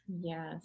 Yes